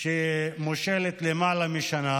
שמושלת למעלה משנה.